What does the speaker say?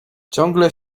ciągle